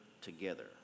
together